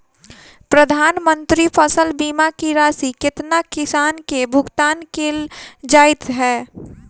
प्रधानमंत्री फसल बीमा की राशि केतना किसान केँ भुगतान केल जाइत है?